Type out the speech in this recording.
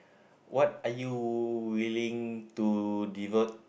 what are you willing to devote